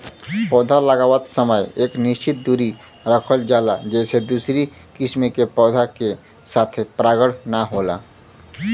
पौधा लगावत समय एक निश्चित दुरी रखल जाला जेसे दूसरी किसिम के पौधा के साथे परागण ना होला